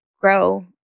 grow